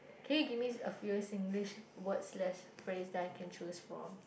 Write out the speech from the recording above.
can you give me a few Singlish word slash phrase that I can choose from